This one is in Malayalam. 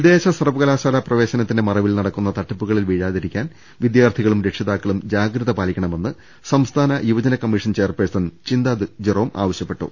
വിദേശ സർവകലാശാല പ്രവേശനത്തിന്റെ മറവിൽ നടക്കുന്ന തട്ടിപ്പുകളിൽ വീഴാതിരിക്കാൻ വിദ്യാർഥികളും രക്ഷിതാ ക്കളും ജാഗ്രത പാലിക്കണമെന്ന് സംസ്ഥാന യുവജന കമ്മീഷൻ ചെയർപേഴ്സൺ ചിന്താ ജെറോം ആവശ്യ പ്പെട്ടു